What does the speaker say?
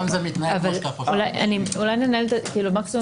אני לא רוצה לחרב את כל המנגנון שבנינו,